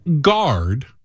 Guard